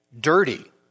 dirty